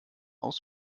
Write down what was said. aus